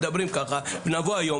מדברים ככה ובקומה השנייה אחרת.